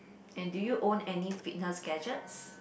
and do you own any fitness gadgets